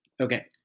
Okay